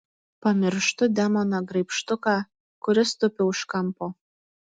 pamirštu demoną graibštuką kuris tupi už kampo